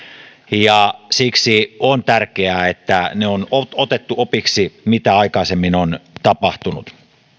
ja siksi on tärkeää että on otettu opiksi mitä aikaisemmin on tapahtunut